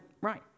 right